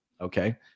okay